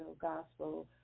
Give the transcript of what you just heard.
Gospel